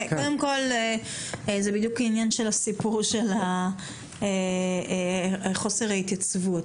זה בדיוק העניין הסיפור של חוסר ההתייצבות.